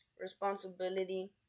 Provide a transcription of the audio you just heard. responsibility